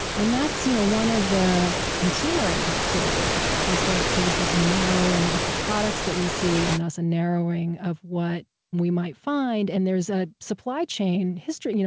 and that's you know one of the consumer impacts of amazon is that there's this narrowing of the products that we see, and thus a narrowing of that we might find. and there's a supply chain history. you know